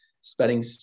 spending